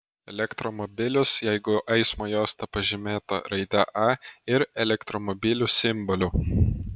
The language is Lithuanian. elektromobilius jeigu eismo juosta pažymėta raide a ir elektromobilių simboliu